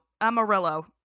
Amarillo